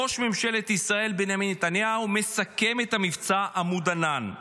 ראש ממשלת ישראל בנימין נתניהו מסכם את מבצע עמוד ענן.